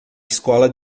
escola